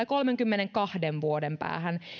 kolmenkymmenenkahden vuoden päähän